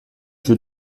jeu